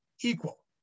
equal